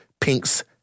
pinks